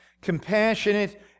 Compassionate